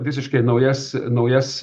visiškai naujas naujas